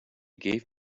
gave